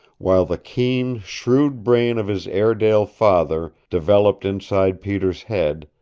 while the keen, shrewd brain of his airedale father developed inside peter's head,